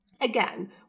Again